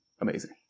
amazing